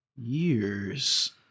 years